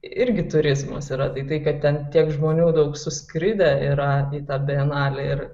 irgi turizmas yra tai kad ten tiek žmonių daug suskridę yra į tą bienalę ir